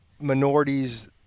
minorities –